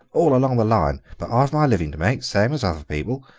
all along the line, but i've my living to make, same as other people,